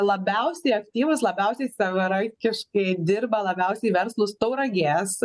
labiausiai aktyvūs labiausiai savarankiškai dirba labiausiai verslūs tauragės